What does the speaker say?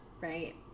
Right